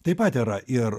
taip pat yra ir